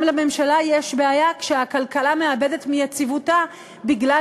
גם לממשלה יש בעיה כשהכלכלה מאבדת מיציבותה בגלל